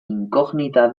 inkognita